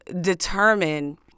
determine